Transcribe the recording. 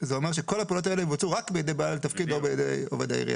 זה אומר שכל הפעולות האלו יבוצעו רק בידי בעל תפקיד או בידי עירייה.